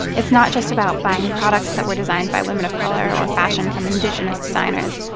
it's not just about buying products that were designed by women of color or fashion from indigenous designers.